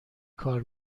کار